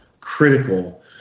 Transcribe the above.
critical